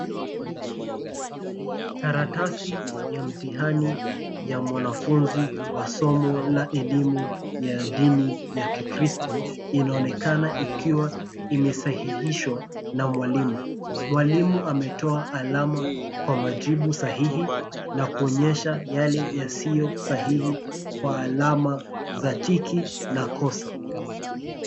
Karatasi ya mtihani ya mwanafunzi wa somo la elimu ya dini ya kikristo, inaonekana ikiwa imesahihishwa na mwalimu. Mwalimu ametoa alama kwa majibu sahihi, nakuonesha yale yasio sahihi kwa alama za tick na kosa.